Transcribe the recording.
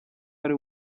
ari